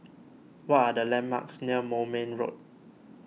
what are the landmarks near Moulmein Road